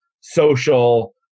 social